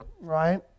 right